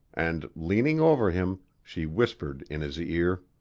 and leaning over him, she whispered in his ear